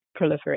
proliferate